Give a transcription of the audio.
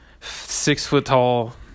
six-foot-tall